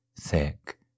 thick